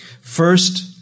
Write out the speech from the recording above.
First